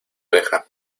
deja